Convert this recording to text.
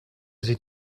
sie